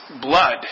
blood